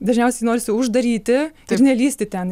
dažniausiai norisi uždaryti ir nelįsti ten